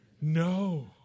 no